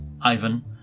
Ivan